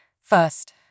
First